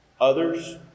Others